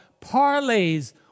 parlays